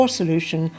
solution